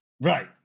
Right